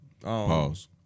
Pause